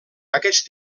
aquest